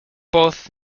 both